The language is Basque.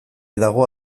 dago